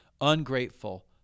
ungrateful